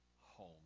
home